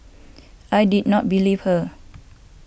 I did not believe her